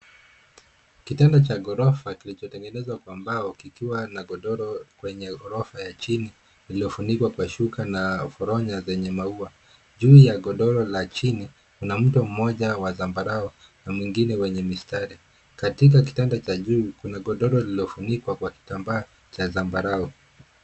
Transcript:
Kitanda cha ghorofa kilichotengenezwa kwa mbao, kikiwa na godoro kwenye ghorofa ya chini iliyofunikwa kwa shuka na foronya zenye maua. Juu ya godoro la chini, kuna mto mmoja wa zambarau na mwingine mwenye mistari. Katika kitanda cha juu, kuna godoro lililofunikwa kwa kitambaa cha zambarau.